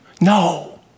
No